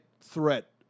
threat